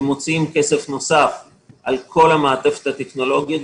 הם מוציאים כסף נוסף על כל המעטפת הטכנולוגית,